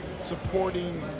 supporting